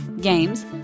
games